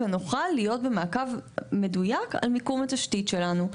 ונוכל להיות במעקב מדויק על מיקום התשתית שלנו.